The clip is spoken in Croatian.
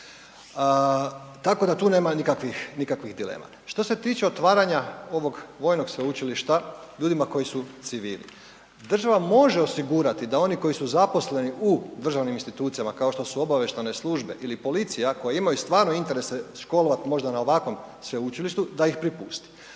tako da tu nema nikakvih dilema. Što se tiče otvaranja ovog vojnog sveučilišta ljudima koji su civili, država može osigurati da oni koji su zaposleni u državnim institucijama kao što su obavještajne službe ili policija koji imaju stvarno interese školovati možda na ovakvom sveučilištu da ih priprusti,